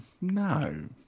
no